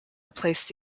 replaced